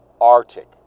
Arctic